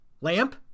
Lamp